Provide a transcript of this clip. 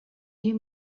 you